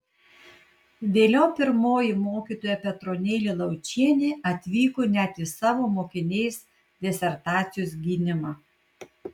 vėliau pirmoji mokytoja petronėlė laučienė atvyko net į savo mokinės disertacijos gynimą